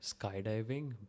skydiving